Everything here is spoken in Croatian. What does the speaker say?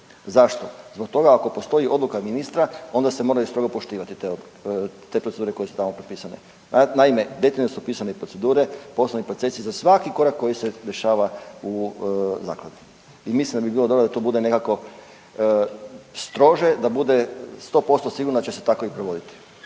Zašto? Zbog toga ako postoji odluka ministra onda se moraju strogo poštivati te odluke te procedure koje su tamo propisane. Naime, detaljno su procedure, poslovni procesi za svaki korak koji se dešava u zakladi i mislim da bi bilo dobro da to bude nekako strože, da bude 100% sigurno da će se tako i provoditi.